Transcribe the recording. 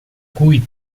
cui